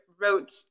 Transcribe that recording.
wrote